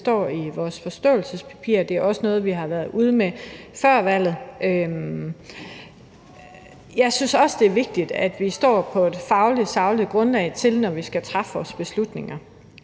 Det står i vores forståelsespapir, og det er også noget, vi var ude med før valget. Jeg synes også, det er vigtigt, at vi står på et fagligt og sagligt grundlag, når vi skal træffe vores beslutninger.